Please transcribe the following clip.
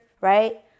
right